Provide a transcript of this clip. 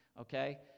okay